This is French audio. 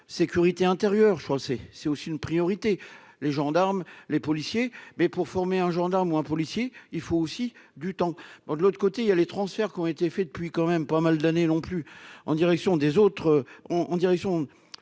sécurité intérieure, je crois que c'est, c'est aussi une priorité, les gendarmes, les policiers mais pour former un gendarme ou un policier, il faut aussi du temps de l'autre côté il y a les transferts qui ont été faits depuis quand même pas mal d'années non plus en direction des autres